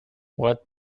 what